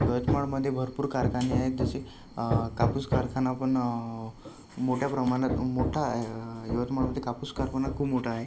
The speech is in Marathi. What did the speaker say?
यवतमाळमध्ये भरपूर कारखाने आहेत जसे कापूस कारखाना पण मोठ्या प्रमाणात मोठा आहे यवतमाळमध्ये कापूस कारखाना खूप मोठा आहे